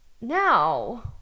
Now